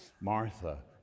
martha